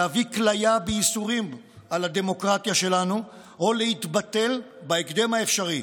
להביא כליה בייסורים על הדמוקרטיה שלנו או להתבטל בהקדם האפשרי.